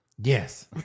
Yes